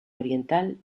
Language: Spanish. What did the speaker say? oriental